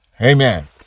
Amen